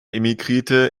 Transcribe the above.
emigrierte